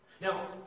Now